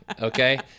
Okay